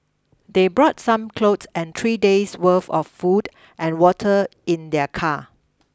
they brought some cloth and three days' worth of food and water in their car